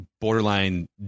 Borderline